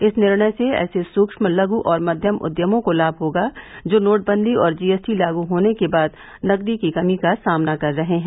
इस निर्णय से ऐसे सूक्ष्म लघ् और मध्यम उद्यमों को लाभ होगा जो नोटबंदी और जीएसटी लागू होने के बाद नकदी की कमी का सामना कर रहे हैं